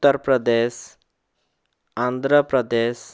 Uttar Pradesh Andhra Pradesh